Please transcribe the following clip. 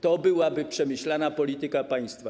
To byłaby przemyślana polityka państwa.